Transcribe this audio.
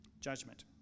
Judgment